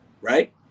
right